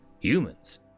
humans